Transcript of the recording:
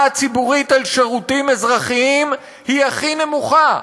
הציבורית על שירותים אזרחיים היא הכי נמוכה.